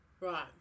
Right